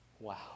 Wow